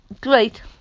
great